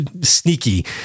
sneaky